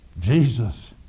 Jesus